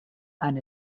and